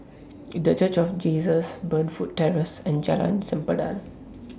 The Church of Jesus Burnfoot Terrace and Jalan Sempadan